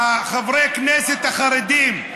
חברי הכנסת החרדים.